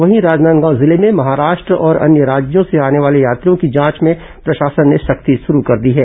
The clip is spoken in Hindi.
वहीं राजनांदगांव जिले में महाराष्ट्र और अन्य राज्यों से आने वाले यात्रियों की जांच में प्रशासन ने सख्ती शुरू कर दी है